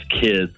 kids